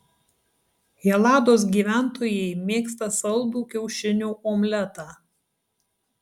helados gyventojai mėgsta saldų kiaušinių omletą